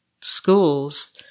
schools